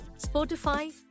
spotify